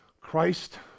Christ